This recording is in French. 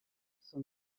son